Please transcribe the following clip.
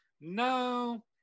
no